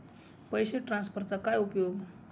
पैसे ट्रान्सफरचा काय उपयोग?